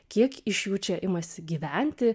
kiek iš jų čia imasi gyventi